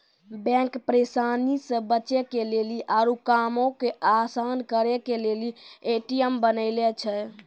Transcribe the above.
bank परेशानी से बचे के लेली आरु कामो के असान करे के लेली ए.टी.एम बनैने छै